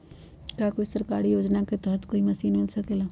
का कोई सरकारी योजना के तहत कोई मशीन मिल सकेला?